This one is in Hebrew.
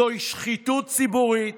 זוהי שחיתות ציבורית.